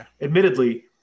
admittedly